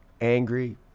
angry